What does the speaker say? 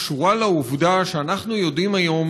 קשורה לעובדה שאנחנו יודעים היום